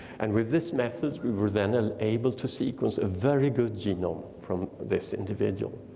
and with this method, we were then and able to sequence a very good genome from this individual.